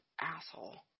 asshole